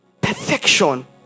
perfection